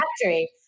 factory